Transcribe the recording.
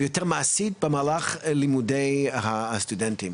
ויותר מעשית במהלך לימודי הסטודנטים.